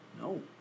No